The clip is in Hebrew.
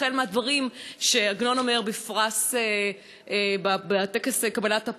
החל בדברים שעגנון אומר בטקס קבלת הפרס: